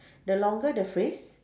the longer the phrase